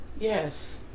Yes